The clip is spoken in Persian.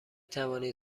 توانید